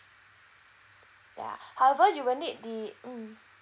ya however you will need the mm